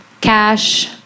cash